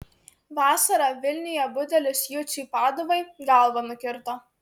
vasarą vilniuje budelis juciui paduvai galvą nukirto